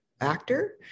actor